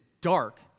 dark